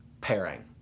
pairing